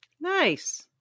Nice